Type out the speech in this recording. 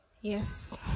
yes